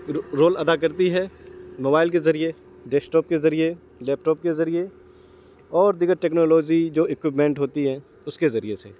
role ادا کرتی ہے موبائل کے ذریعے ڈیش ٹاپ کے ذریعے لیپ ٹاپ کے ذریعے اور دیگر ٹیکنالوزی جو ایکوپمنٹ ہوتی ہیں اس کے ذریعے سے